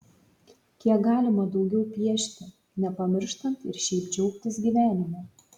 kiek galima daugiau piešti nepamirštant ir šiaip džiaugtis gyvenimu